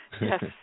Yes